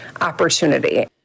opportunity